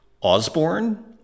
Osborne